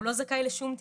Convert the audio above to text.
הוא לא זכאי לשום טיפול,